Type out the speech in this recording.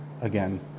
again